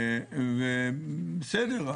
בסדר,